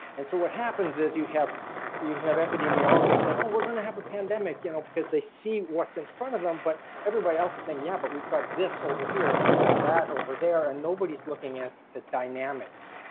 and so what happens is you have you have epidemiologists saying we're going to have a pandemic you know because they see what's in front of them, but everybody is saying yeah but we've got this over here and we've got that over there and nobody is looking at the dynamics.